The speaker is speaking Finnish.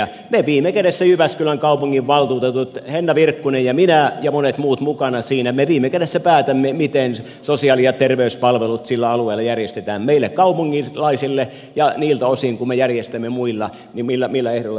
me viime kädessä jyväskylän kaupunginvaltuutetut henna virkkunen ja minä ja monet muut mukana siinä päätämme miten sosiaali ja terveyspalvelut sillä alueella järjestetään meille kaupunkilaisille ja niiltä osin kuin me järjestämme muille millä ehdoilla ne järjestämme